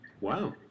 Wow